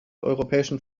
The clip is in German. europäischen